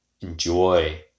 enjoy